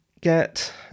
get